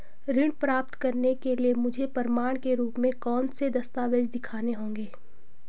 ऋण प्राप्त करने के लिए मुझे प्रमाण के रूप में कौन से दस्तावेज़ दिखाने होंगे?